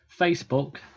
Facebook